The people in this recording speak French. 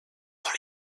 dans